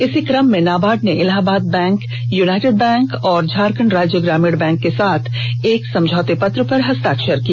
इसी कम में नाबार्ड ने इलाहाबाद बैंक यूनाइटेड बैंक और झारखंड राज्य ग्रामीण बैंक के साथ एक समझौते पत्र पर हस्ताक्षर किया